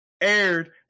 aired